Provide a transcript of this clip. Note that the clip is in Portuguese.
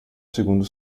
segundo